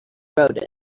wrote